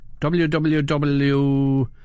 www